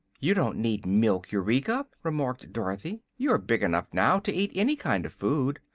you don't need milk, eureka, remarked dorothy you are big enough now to eat any kind of food.